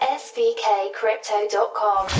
svkcrypto.com